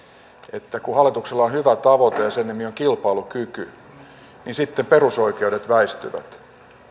että kun hallituksella on hyvä tavoite ja sen nimi on kilpailukyky niin sitten perusoikeudet väistyvät